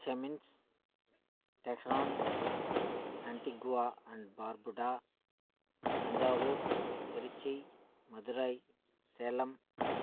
ஜமீன்ஸ் Tehran Antigua and Barbuda Thanjavur Tiruchi Madurai Salem